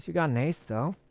got an ace so